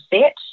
set